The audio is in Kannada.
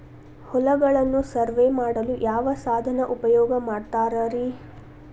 ಹೊಲಗಳನ್ನು ಸರ್ವೇ ಮಾಡಲು ಯಾವ ಸಾಧನ ಉಪಯೋಗ ಮಾಡ್ತಾರ ರಿ?